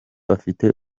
afite